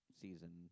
season